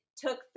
took